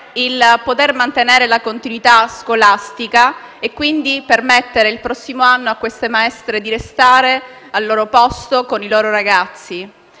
nel poter mantenere la continuità scolastica e quindi permettere il prossimo anno a queste maestre di restare al loro posto, con i loro ragazzi.